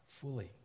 fully